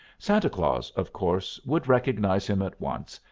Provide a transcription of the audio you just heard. santa claus, of course, would recognize him at once,